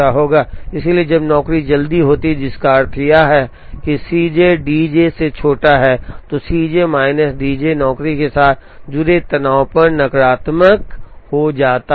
इसलिए जब नौकरी जल्दी होती है जिसका अर्थ है कि सी जे डी जे से छोटा है तो C J minus D J नौकरी के साथ जुड़े तनाव पर नकारात्मक हो जाता है